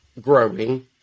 growing